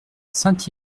saint